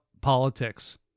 politics